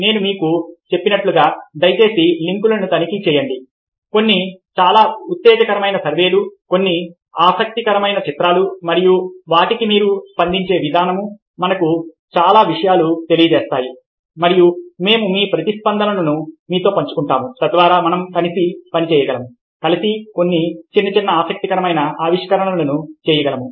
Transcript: నేను మీకు చెప్పినట్లుగా దయచేసి లింక్లను తనిఖీ చేయండి కొన్ని చాలా ఉత్తేజకరమైన సర్వేలు కొన్ని ఆసక్తికరమైన చిత్రాలు మరియు వాటికి మీరు స్పందించే విధానం మనకు చాలా విషయాలు తెలియజేస్తాయి మరియు మేము మీ ప్రతిస్పందనలను మీతో పంచుకుంటాము తద్వారా మనం కలిసి చేయగలము కలిసి కొన్ని చిన్న చిన్న ఆసక్తికరమైన ఆవిష్కరణలు చేయగలము